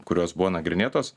kurios buvo nagrinėtos